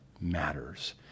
matters